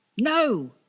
No